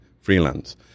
freelance